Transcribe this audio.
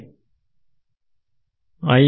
ವಿದ್ಯಾರ್ಥಿ i